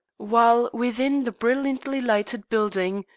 while, within the brilliantly lighted building,